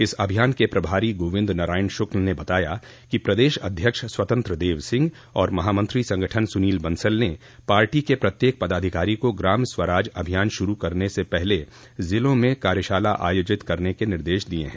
इस अभियान के प्रभारी गोविन्द नारायण शुक्ल ने बताया कि प्रदेश अध्यक्ष स्वतंत्र देव सिंह और महामंत्री संगठन सुनील बंसल ने पार्टी के प्रत्येक पदाधिकारी को ग्राम्य स्वराज अभियान शुरू करने से पहले जिलों में कार्यशाला आयोजित करने के निर्देश दिये हैं